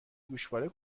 گوشواره